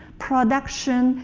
production,